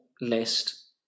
list